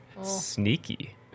sneaky